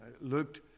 looked